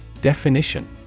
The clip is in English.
Definition